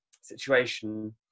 situation